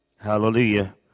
Hallelujah